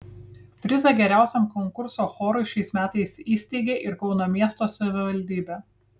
prizą geriausiam konkurso chorui šiais metais įsteigė ir kauno miesto savivaldybė